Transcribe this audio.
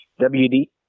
WD